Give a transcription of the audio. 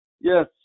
Yes